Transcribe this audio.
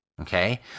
okay